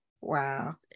wow